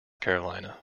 carolina